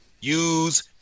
use